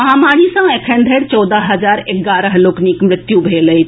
महामारी सॅ एखन धरि चौदह हजार एगारह लोकनिक मृत्यु भेल अछि